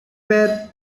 were